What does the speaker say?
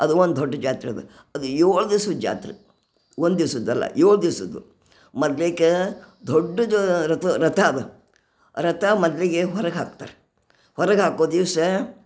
ಅದು ಒಂದು ದೊಡ್ಡ ಜಾತ್ರೆ ಅದು ಅದು ಏಳು ದಿವ್ಸದ ಜಾತ್ರೆ ಒಂದು ದಿವ್ಸದ್ದಲ್ಲ ಏಳು ದಿವಸದ್ದು ಮೊದ್ಲೇಕಾ ದೊಡ್ಡದು ರಥ ರಥ ಅದು ರಥ ಮೊದಲಿಗೆ ಹೊರಗೆ ಹಾಕ್ತರೆ ಹೊರಗೆ ಹಾಕೋ ದಿವಸ